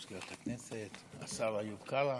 מזכירת הכנסת, השר איוב קרא,